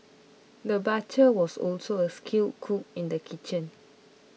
the butcher was also a skilled cook in the kitchen